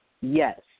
Yes